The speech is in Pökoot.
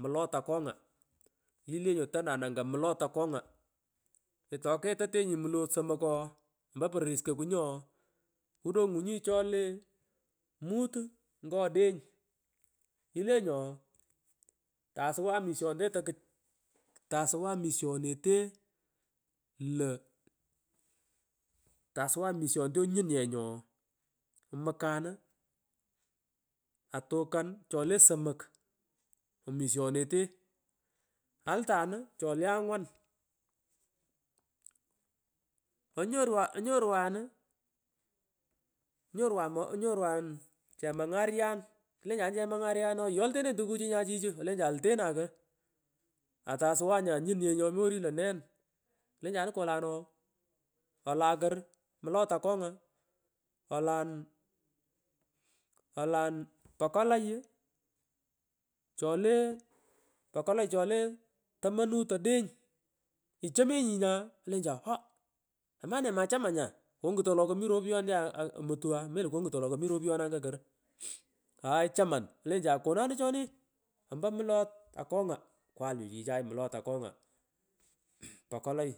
Mulot akonga ilenyi otanan anga mlot akonga otoketotenyi mlot sana ooh ompo pororis kokunyi ooh kudongunyi tole mut uu ngo odeng ilenyi ooh tasuwan mishonete toku tasuwan mishonete lokumang tosubeana mishoriete onyunnyenyi ooh omukan wah atukan chole somek omiishonete altanu ekole angwan onyorwan aah onyorwan mo onyorwan chemogaryan klensanun che mangaryan ooh yaitenenye tukuchu nya chichu olensan oitenanko atosuwari nyu anyunnye nyomi orii la ran kunjanano koko olan kor mlot akongaa olan olan pokalaghi ii chele pokolaghi choche tomonut odeny ichomenyi nya olensan ooh amn nee macha man nya konguton wolo komi ropuyoh omutu aah melo kongutoa wolo komi ropuyon anga korghh hay achaman olensara konanua choni ompo mlot akonga kwal nyu chichay mlet akongo pakalogh